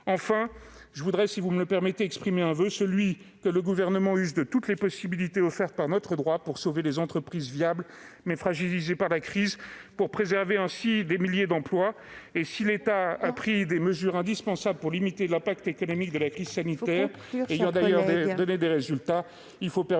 Enfin, permettez-moi de formuler un voeu, celui que le Gouvernement use de toutes les possibilités offertes par notre droit pour sauver les entreprises viables, mais fragilisées par la crise, et préserver ainsi des milliers d'emplois. Il faut conclure. Si l'État a pris des mesures indispensables pour limiter l'impact économique de la crise sanitaire, lesquelles ont d'ailleurs donné des résultats, il faut permettre